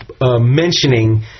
mentioning